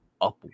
up